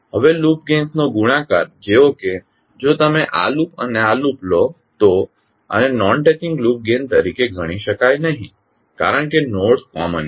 હવે લૂપ ગેઇન્સનો ગુણાકાર જેવો કે જો તમે આ લૂપ અને આ લૂપ લો તો આને નોન ટચિંગ લૂપ ગેઇન તરીકે ગણી શકાય નહીં કારણ કે નોડ્સ કોમન છે